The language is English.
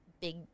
big